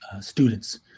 students